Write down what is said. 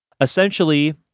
essentially